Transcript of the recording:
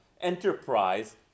enterprise